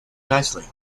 nicely